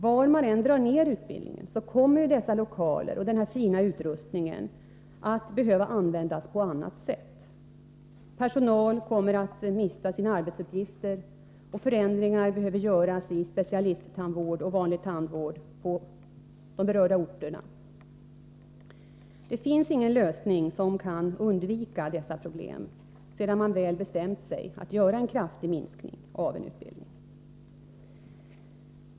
Var man än drar ner utbildningen, så kommer dessa lokaler och denna fina utrustning att behöva användas på annat sätt. Personal kommer att mista sina arbetsuppgifter och förändringar behöver göras av specialisttandvård och vanlig tandvård på de berörda orterna. Det finns ingen lösning genom vilken man kan undvika dessa problem, sedan man väl bestämt sig för att göra en kraftig minskning av en utbildning.